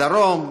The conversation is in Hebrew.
בדרום,